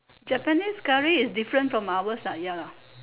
japanese curry is different from ours lah ya lah